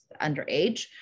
underage